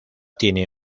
tiene